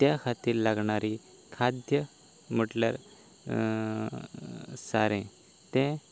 त्या खातीर लागणारी खाद्य म्हणल्यार सारें तें